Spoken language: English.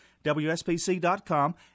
WSPC.com